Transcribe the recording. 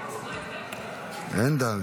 אין ד'.